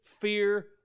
fear